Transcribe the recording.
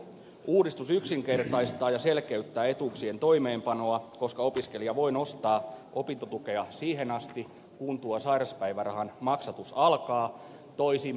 uudistus yksinkertaistaa ja selkeyttää etuuksien toimeenpanoa koska opiskelija voi nostaa opintotukea siihen asti kun sairauspäivärahan maksatus alkaa ja toisinpäin